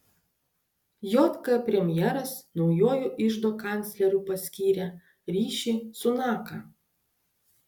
jk premjeras naujuoju iždo kancleriu paskyrė riši sunaką